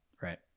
Right